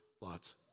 Lots